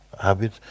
Habit